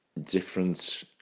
different